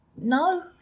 No